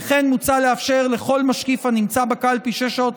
וכן מוצע לאפשר לכל משקיף הנמצא בקלפי שש שעות